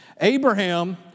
Abraham